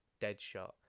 Deadshot